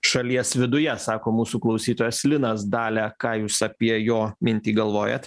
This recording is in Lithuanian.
šalies viduje sako mūsų klausytojas linas dalia ką jūs apie jo mintį galvojat